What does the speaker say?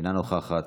אינה נוכחת.